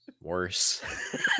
worse